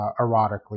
erotically